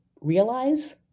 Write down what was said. realize